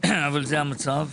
אך זה המצב.